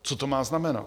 Co to má znamenat?